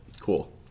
cool